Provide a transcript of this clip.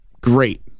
great